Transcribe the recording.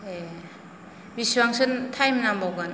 एह बेसेबांसोन थायम नांबावगोन